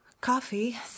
Coffee